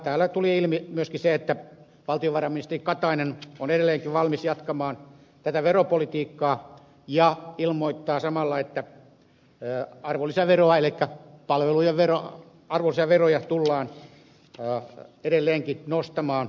täällä tuli ilmi myöskin se että valtiovarainministeri katainen on edelleenkin valmis jatkamaan tätä veropolitiikkaa ja ilmoittaa samalla että arvonlisäveroa elikkä palvelujen arvonlisäveroja tullaan edelleenkin nostamaan